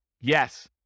Yes